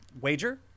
wager